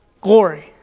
glory